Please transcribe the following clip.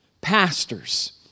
pastors